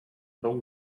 but